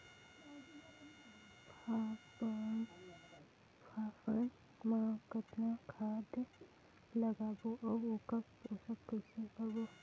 फाफण मा कतना खाद लगाबो अउ ओकर पोषण कइसे करबो?